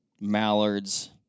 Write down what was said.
mallards